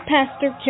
Pastor